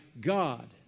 God